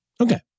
Okay